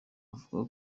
avuga